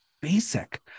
basic